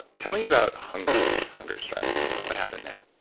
tell me about hunger, and hunger strikes, what happened there?